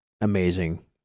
amazing